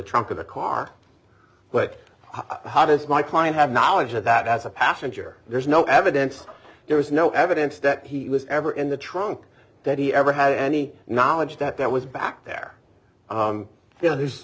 trunk of the car but how does my client have knowledge of that as a passenger there's no evidence there is no evidence that he was ever in the trunk that he ever had any knowledge that that was back there you know there's